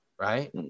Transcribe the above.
Right